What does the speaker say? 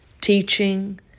teaching